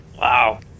Wow